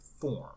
form